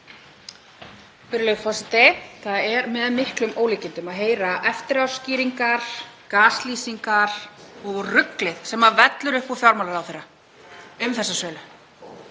Virðulegur forseti. Það er með miklum ólíkindum að heyra eftiráskýringar, gaslýsingar og ruglið sem vellur upp úr fjármálaráðherra um þessa sölu.